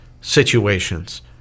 situations